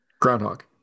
Groundhog